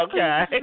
Okay